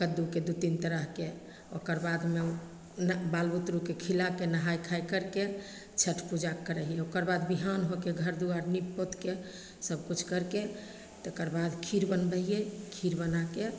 कद्दूके दुइ तीन तरहके ओकर बादमे ने बाल बुतरुके खिलैके नहाइ खाइ करिके छठि पूजा करै हिए ओकर बाद बिहान होके घर दुआरि नीपि पोतिके सबकिछु करिके तकर बाद खीर बनबै हिए खीर बनैके